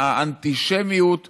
האנטישמיות הרצחנית,